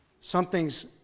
Something's